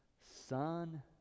son